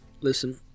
Listen